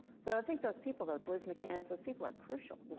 so, i think those people those liz mccann's those people are crucial.